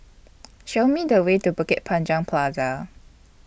Show Me The Way to Bukit Panjang Plaza